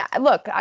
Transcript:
look